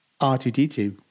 r2d2